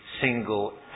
single